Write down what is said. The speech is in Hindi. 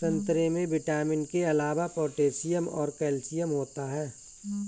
संतरे में विटामिन के अलावा पोटैशियम और कैल्शियम होता है